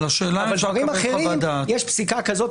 אבל בדברים אחרים יש פסיקה כזאת,